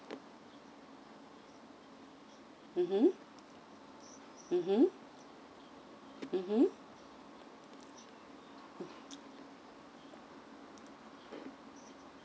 mmhmm